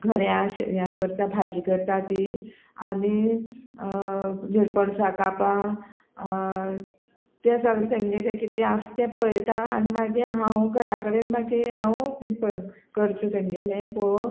घऱ्या अशें हें करता भाजी करता ती आनी निरपणसां कापां तें सगळें तेंगें तें कितें कितें आसा तें पळयता आनी मागी हांव घरा कडेन मागीर हांव बीन पळोवन करता तेंगेलें पळोवन